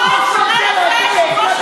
הוא ראש הממשלה שלוש קדנציות.